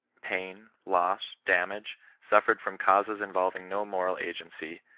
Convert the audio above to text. pain, loss, damage, suffered from causes involving no moral agency,